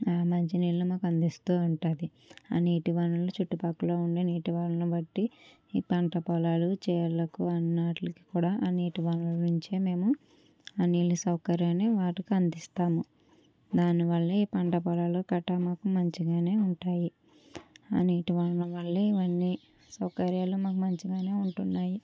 మంచి నీళ్లు మాకు అందిస్తూ ఉంటుంది నీటి వానలు చుట్టూ పక్కన ఉండే నీటి వనరులు బట్టి ఈ పంటపొలాలకు చేళ్లకు అన్ని వాటికి కూడా నీటి వనరులు నుంచే మేము ఆ నీళ్ల సౌకర్యాన్ని వాటికి అందిస్తాము దాని వల్ల ఈ పంట పొలాలు కట మాకు మంచిగానే ఉంటాయి ఆ నీటి వనరులు వల్లే ఇవన్నీ సౌకర్యాలు మాకు మంచిగానే ఉంటున్నాయి